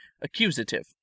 Accusative